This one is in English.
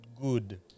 good